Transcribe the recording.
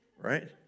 Right